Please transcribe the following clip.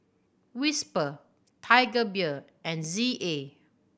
Whisper Tiger Beer and Z A